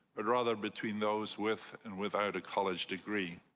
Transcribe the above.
but rather between those with and without a college degree.